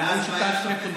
אמרו שהוא טריפוליטאי.